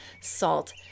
salt